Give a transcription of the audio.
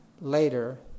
later